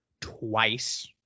twice